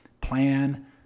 plan